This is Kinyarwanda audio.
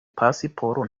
pasiporo